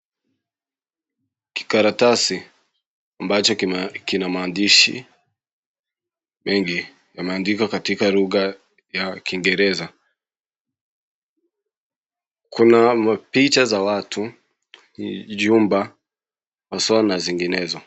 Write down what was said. Kikaratasi ambacho kina maandishi mingi yameandikwa katika lugha ya kiingereza. Kuna picha za watu, nyumba haswa na zinginezo.